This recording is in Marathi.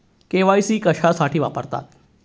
के.वाय.सी कशासाठी वापरतात?